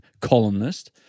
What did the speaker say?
columnist